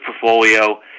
portfolio